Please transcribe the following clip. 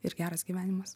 ir geras gyvenimas